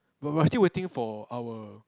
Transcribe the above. but we're still waiting for our